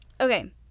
Okay